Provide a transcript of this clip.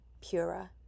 purer